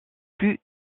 plus